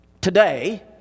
today